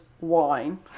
wine